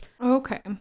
Okay